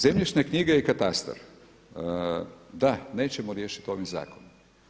Zemljišne knjige i katastar, da nećemo riješiti ovim zakonom.